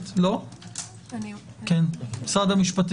לא אכפת לי איזה משרד.